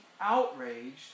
outraged